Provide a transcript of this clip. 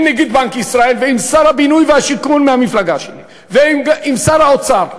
עם נגיד בנק ישראל ועם שר הבינוי והשיכון מהמפלגה שלי ועם שר האוצר.